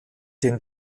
den